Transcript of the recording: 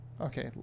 Okay